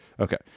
Okay